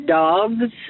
dogs